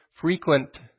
frequent